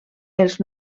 els